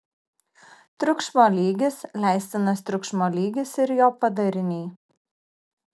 triukšmo lygis leistinas triukšmo lygis ir jo padariniai